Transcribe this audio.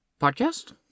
Podcast